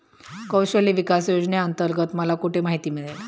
कौशल्य विकास योजनेअंतर्गत मला कुठे माहिती मिळेल?